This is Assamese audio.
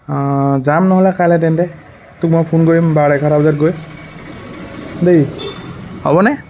যাম নহ'লে কাইলে তেন্তে তোক মই ফোন কৰিম